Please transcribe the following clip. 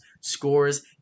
scores